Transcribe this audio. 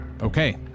Okay